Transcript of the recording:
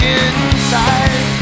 inside